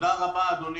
תודה רבה, אדוני